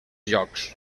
llocs